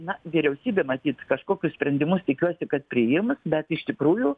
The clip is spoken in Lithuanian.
na vyriausybė matyt kažkokius sprendimus tikiuosi kad priims bet iš tikrųjų